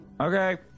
Okay